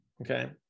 Okay